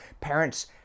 parents